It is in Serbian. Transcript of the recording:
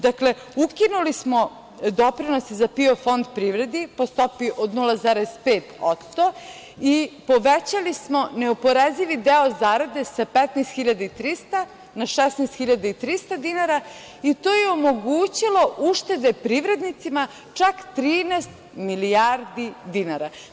Dakle, ukinuli smo doprinose za PIO fond privredi po stopi od 0,5% i povećali smo neoporezivi deo zarade sa 15.300 na 16.300 dinara i to je omogućilo uštede privrednicima čak 13 milijardi dinara.